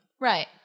Right